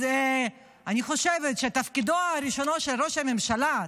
אז אני חושבת שתפקידו הראשון של ראש הממשלה,